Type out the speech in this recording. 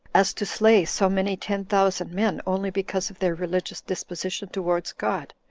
as to slay so many ten thousand men, only because of their religious disposition towards god,